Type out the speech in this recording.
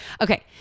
Okay